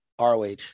ROH